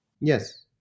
Yes